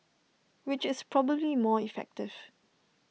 which is probably more effective